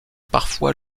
parfois